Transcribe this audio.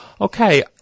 Okay